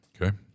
Okay